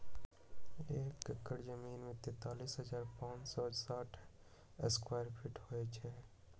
एक एकड़ जमीन में तैंतालीस हजार पांच सौ साठ स्क्वायर फीट होई छई